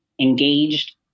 engaged